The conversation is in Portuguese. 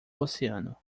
oceano